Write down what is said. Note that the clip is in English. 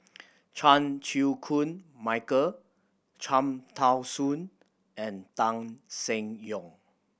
Chan Chew Koon Michael Cham Tao Soon and Tan Seng Yong